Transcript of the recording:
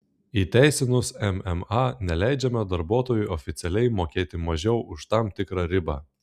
įteisinus mma neleidžiama darbuotojui oficialiai mokėti mažiau už tam tikrą ribą